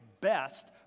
best